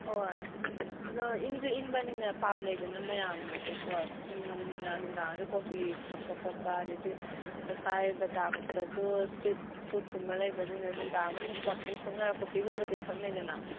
ꯍꯣꯏ ꯑꯗꯣ ꯏꯪꯁꯨ ꯏꯪꯕꯅꯤꯅ ꯄꯥꯝꯅꯩꯗꯅ ꯃꯌꯥꯝꯅꯁꯨꯀꯣ ꯏꯪꯂꯕꯅꯤꯅ ꯅꯨꯡꯗꯥꯡꯗ ꯀꯣꯐꯤ ꯊꯛꯄ ꯈꯣꯠꯄ ꯑꯗꯩꯗꯤ ꯉꯁꯥꯏ ꯕꯖꯥꯔꯒꯨꯝꯕꯗꯁꯨ ꯏꯁꯇ꯭ꯔꯤꯠ ꯐꯨꯗ ꯀꯨꯝꯕ ꯂꯩꯕꯁꯤꯡꯁꯦ ꯅꯨꯡꯗꯥꯡ ꯑꯗꯨꯝ ꯋꯥꯛꯀꯤꯡ ꯊꯣꯛꯅꯔ ꯀꯣꯐꯤꯒꯨꯝꯕꯁꯦ ꯊꯛꯅꯩꯗꯅ